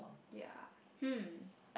ya hmm